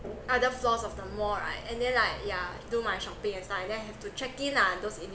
other floors of the mall right and then like yeah do my shopping and stuff and then have to check in lah those